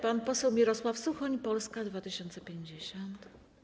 Pan poseł Mirosław Suchoń, Polska 2050.